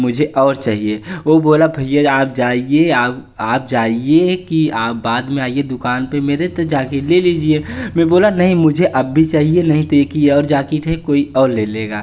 मुझे और चाहिए वह बोला भैया आप जाइए आप आप जाइए की आप बाद में आइए दुकान पर मेरे तो जाकर ले लीजिए मैं बोला नहीं मुझे अभी चाहिए नहीं तो एक ही और जैकेट है कोई और ले लेगा